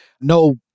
No